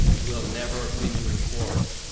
will never renew the quarrel.